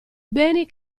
beni